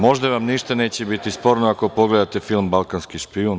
Možda vam ništa neće biti sporno ako pogledate film Balkanski špijun.